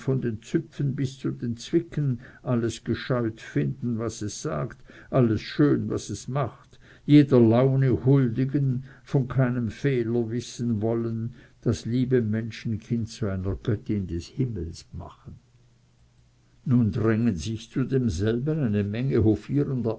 von den züpfen bis zu den zwicken alles gescheut finden was es sagt alles schön was es macht jeder laune huldigen von keinem fehler wissen wollen das liebe menschenkind zu einer göttin des himmels machen nun drängen sich zu demselben eine menge hofierender